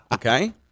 Okay